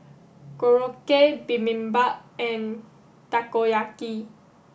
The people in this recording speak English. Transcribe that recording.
Korokke Bibimbap and Takoyaki